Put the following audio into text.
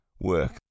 work